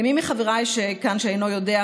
למי מחבריי כאן שאינו יודע,